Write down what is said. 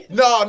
no